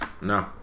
no